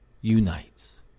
unites